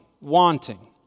wanting